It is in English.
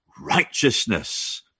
righteousness